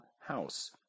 house